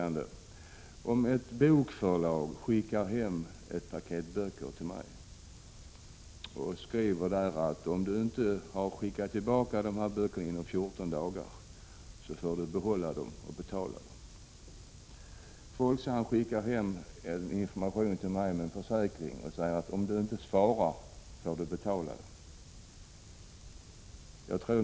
Anta att ett bokförlag skickar hem ett paket böcker till mig och skriver att om jag inte har skickat tillbaka dem inom 14 dagar så får jag behålla dem och betala dem. Folksam skickar hem en information om en försäkring och säger: 45 Om du inte svarar får du betala den. Vad är det för skillnad?